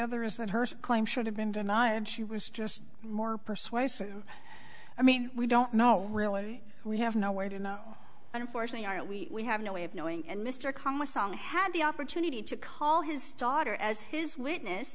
other is that her claim should have been denied she was just more persuasive i mean we don't know really we have no way to know unfortunately are we have no way of knowing and mr conway song had the opportunity to call his daughter as his witness